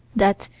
that,